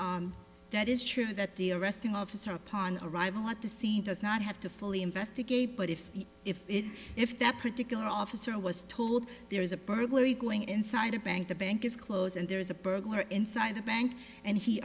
honor that is true that the arresting officer upon arrival at the scene does not have to fully investigate but if if it if that particular officer was told there is a burglary going inside a bank the bank is closed and there is a burglar inside the bank and he